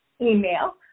email